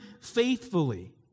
faithfully